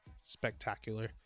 spectacular